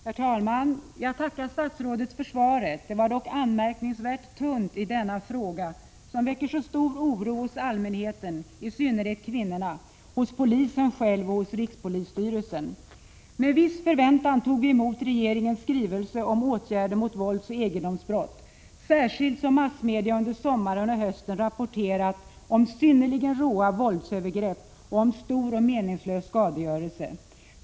Herr talman! Jag tackar statsrådet för svaret. Det var dock anmärkningsvärt tunt i denna fråga som väcker så stor oro hos allmänheten, i synnerhet kvinnorna, hos polisen själv och hos rikspolisstyrelsen. Med viss förväntan tog vi emot regeringens skrivelse om åtgärder mot våldsoch egendomsbrott, särskilt som massmedia under sommaren och hösten rapporterat om synnerligen råa våldsövergrepp och om stor och meningslös skadegörelse.